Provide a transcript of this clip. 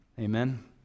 Amen